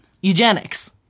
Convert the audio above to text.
Eugenics